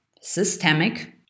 systemic